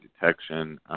detection